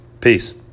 Peace